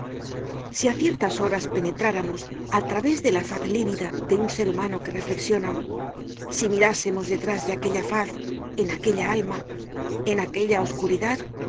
si á ciertas horas penetráramos al través de la faz lívida de un sér humano que reflexiona si mirásemos detrás de aquella faz en aquella alma en